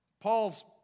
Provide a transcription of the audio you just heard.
Paul's